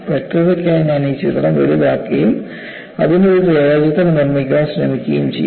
വ്യക്തതയ്ക്കായി ഞാൻ ഈ ചിത്രം വലുതാക്കുകയും അതിന്റെ ഒരു രേഖാചിത്രം നിർമ്മിക്കാൻ ശ്രമിക്കുകയും ചെയ്യും